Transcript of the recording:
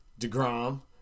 DeGrom